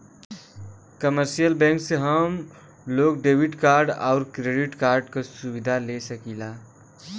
commercial bank से हम लोग डेबिट कार्ड आउर क्रेडिट कार्ड क सुविधा ले सकीला